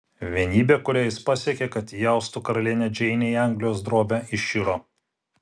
vienybė kurią jis pasiekė kad įaustų karalienę džeinę į anglijos drobę iširo